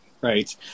right